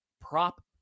prop